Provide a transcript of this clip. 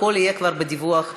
הכול יהיה בדיווח הסופי.